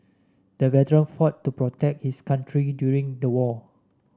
the veteran fought to protect his country during the war